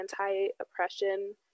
anti-oppression